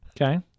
Okay